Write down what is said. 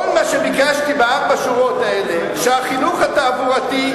כל מה שביקשתי בארבע השורות האלה הוא שהחינוך התעבורתי,